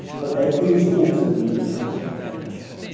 but there is also the international context.